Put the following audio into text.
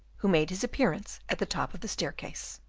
who made his appearance at the top of the staircase.